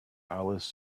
alice